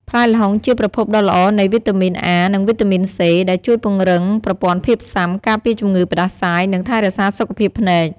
ផ្លែល្ហុងជាប្រភពដ៏ល្អនៃ វីតាមីន អា និង វីតាមីន សេ ដែលជួយពង្រឹងប្រព័ន្ធភាពស៊ាំ ការពារជំងឺផ្តាសាយ និងថែរក្សាសុខភាពភ្នែក។